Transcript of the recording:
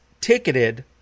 ticketed